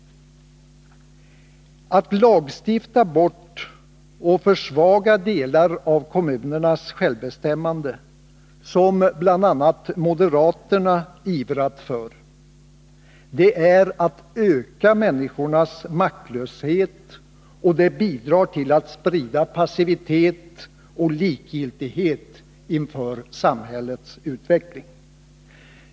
Att lagstifta bort och försvaga delar av kommunernas självbestämmande, som bl.a. moderaterna ivrat för, är att öka människornas maktlöshet, och det bidrar till att sprida passivitet och likgiltighet inför samhällets utveckling.